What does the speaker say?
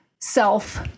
self